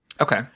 Okay